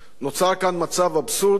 נוצר כאן מצב אבסורדי,